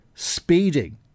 Speeding